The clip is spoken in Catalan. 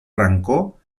rancor